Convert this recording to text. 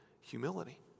humility